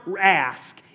ask